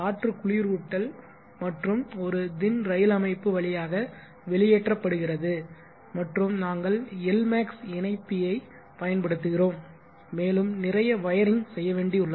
காற்று குளிரூட்டல் மற்றும் ஒரு தின் ரயில் அமைப்பு வழியாக வெளியேற்றப்படுகிறது மற்றும் நாங்கள் எல்மெக்ஸ் இணைப்பியைப் பயன்படுத்துகிறோம் மேலும் நிறைய வயரிங் செய்ய வேண்டிய உள்ளது